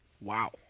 Wow